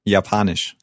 Japanisch